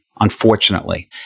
unfortunately